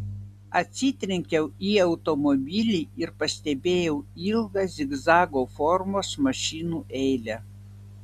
atsitrenkiau į automobilį ir pastebėjau ilgą zigzago formos mašinų eilę